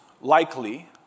likely